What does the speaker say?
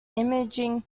imaging